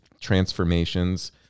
transformations